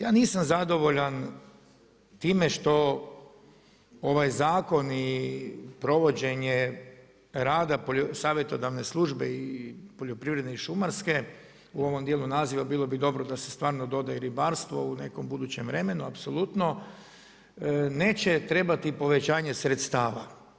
Ja nisam zadovoljan time što ovaj zakon i provođenje rada savjetodavne službe i poljoprivredne šumarske, u ovom dijelu naziva bilo bi dobro da se stvarno doda i ribarstvo u nekom budućem vremenu apsolutno, neće trebati povećanje sredstava.